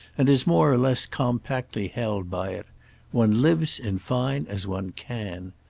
and is more or less compactly held by it one lives in fine as one can.